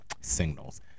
signals